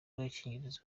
ry’agakingirizo